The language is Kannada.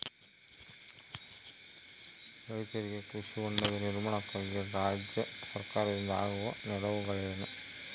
ರೈತರಿಗೆ ಕೃಷಿ ಹೊಂಡದ ನಿರ್ಮಾಣಕ್ಕಾಗಿ ರಾಜ್ಯ ಸರ್ಕಾರದಿಂದ ಆಗುವ ನೆರವುಗಳೇನು?